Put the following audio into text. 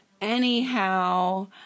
Anyhow